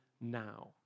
now